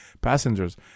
passengers